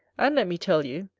and let me tell you,